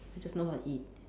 I just know how to eat